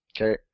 Okay